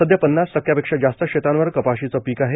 सध्या पन्नास टक्केपेक्षा जास्त शेतांवर कपाशीचे पीक आहे